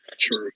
True